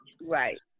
Right